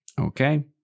okay